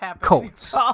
Colts